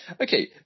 Okay